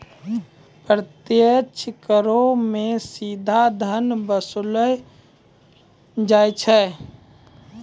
प्रत्यक्ष करो मे सीधा धन वसूललो जाय छै